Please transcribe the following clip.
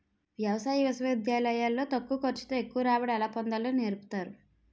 వ్యవసాయ విశ్వవిద్యాలయాలు లో తక్కువ ఖర్చు తో ఎక్కువ రాబడి ఎలా పొందాలో నేర్పుతారు